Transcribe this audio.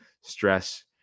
Stress